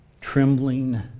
trembling